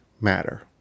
matter